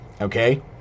okay